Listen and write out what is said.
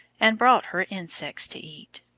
and brought her insects to eat.